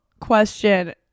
question